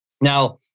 Now